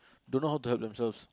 don't know how to help themselves